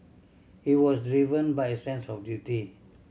he was driven by a sense of duty